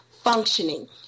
functioning